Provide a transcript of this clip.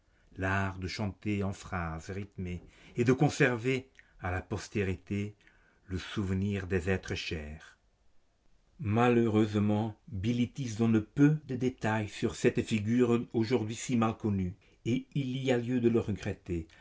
l'art de chanter en phrases rhythmées et de conserver à la postérité le souvenir des êtres chers malheureusement bilitis donne peu de détails sur cette figure aujourd'hui si mal connue et il y a lieu de le regretter